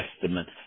Testament